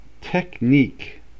technique